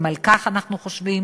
גם על כך אנחנו חושבים.